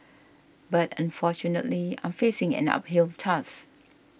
but unfortunately I'm facing an uphill task